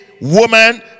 woman